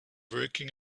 working